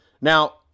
Now